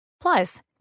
Plus